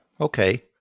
okay